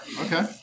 Okay